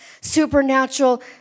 Supernatural